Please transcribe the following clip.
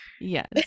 yes